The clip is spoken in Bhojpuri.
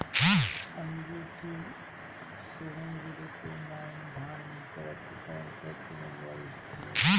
MUT seven zero two nine धान के प्रजाति कवने खेत मै बोआई होई?